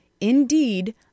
indeed